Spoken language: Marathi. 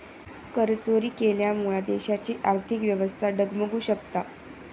करचोरी केल्यामुळा देशाची आर्थिक व्यवस्था डगमगु शकता